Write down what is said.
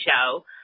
show